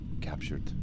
captured